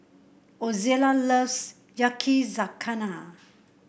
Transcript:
Ozella loves Yakizakana